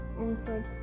answered